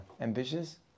ambitious